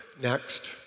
next